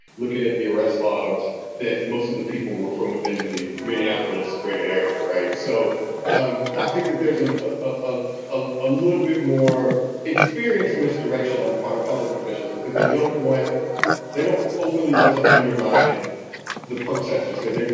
looking at the arrest logs that most of the people were from within the minneapolis great area. right. so um i think that there's a ah a a little bit more experience, misdirection on the part of public officials, because they don't want they don't openly want to undermine the protesters because they.